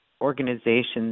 organizations